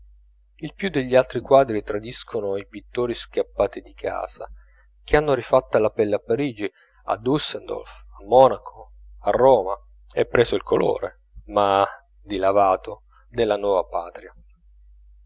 il più degli altri quadri tradiscono i pittori scappati di casa che hanno rifatta la pelle a parigi a dusseldorf a monaco a roma e preso il colore ma dilavato della nuova patria